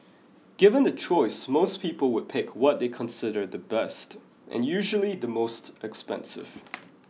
given the choice most people would pick what they consider the best and usually the most expensive